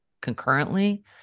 concurrently